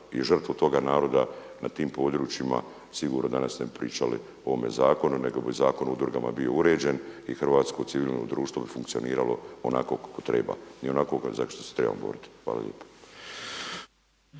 i žrtvu toga naroda na tim područjima sigurno danas ne bi pričali o ovome Zakonu nego bi Zakon o udrugama bio uređen i hrvatsko civilno društvo bi funkcioniralo onako kako treba i onako za što se treba boriti. Hvala lijepo.